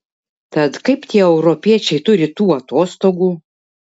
tad kaip tie europiečiai turi tų atostogų